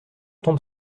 tombe